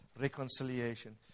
reconciliation